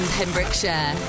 Pembrokeshire